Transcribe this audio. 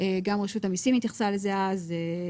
גם רשות המיסים התייחסה לזה אז,